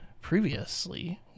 previously